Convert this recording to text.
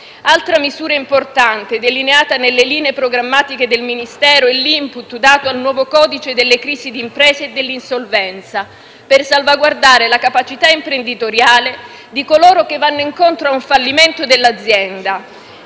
Altra misura importante, delineata nelle linee programmatiche del Ministero, è l'*input* dato al nuovo codice in ordine ai temi della crisi d'impresa e dell'insolvenza, per salvaguardare la capacità imprenditoriale di coloro che vanno incontro al fallimento dell'azienda.